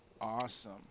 Awesome